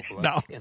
No